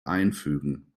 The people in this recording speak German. einfügen